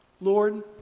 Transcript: Lord